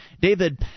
David